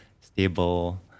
stable